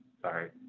Sorry